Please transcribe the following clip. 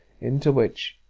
into which,